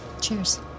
Cheers